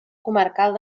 comarcal